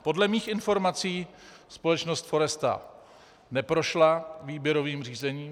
Podle mých informací společnost Foresta neprošla výběrovým řízením.